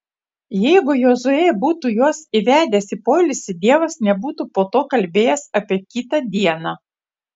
jeigu jozuė būtų juos įvedęs į poilsį dievas nebūtų po to kalbėjęs apie kitą dieną